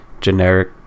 generic